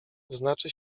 znaczy